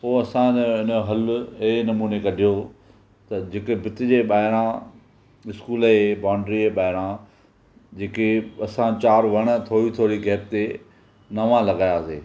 पोइ असां हुन जो हल अहिड़े नमूने कढियो त जेके भिति जे ॿाहिरां स्कूल जी बाउंडरीअ जे ॿाहिरां जेके असां चारि वण थोरे थोरे गैप ते नवा लॻायासीं